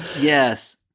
Yes